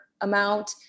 amount